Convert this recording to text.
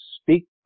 speak